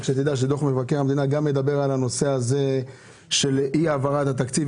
רק שתדע שדוח מבקר המדינה גם מדבר על הנושא הזה של אי העברת התקציב,